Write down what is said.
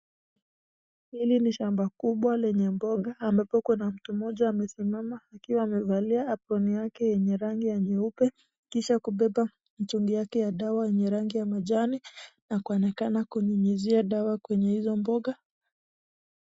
Hili ni shamba kubwa lenye mboga ambapo kuna mtu mmoja amesimama akiwa amevalia aproni yake yenye rangi ya nyeupe kisha kubeba mtungi yake ya dawa yenye rangi ya majani na kuonekana kunyunyizia dawa kwenye hizo mboga.